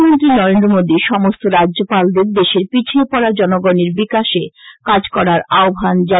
প্রধানমন্ত্রী নরেন্দ্র মোদী সমস্ত রাজ্যপালদের দেশের পিছিয়ে পড়া জনগনের বিকাশে কাজ করার আহ্বান জানিয়েছেন